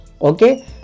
okay